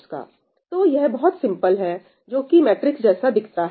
तो यह बहुत सिंपल है जो कि मैट्रिक्स जैसा दिखता है